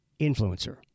influencer